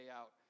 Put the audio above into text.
out